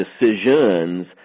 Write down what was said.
decisions